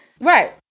Right